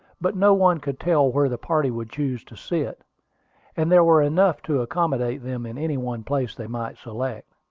but no one could tell where the party would choose to sit, and there were enough to accommodate them in any one place they might select.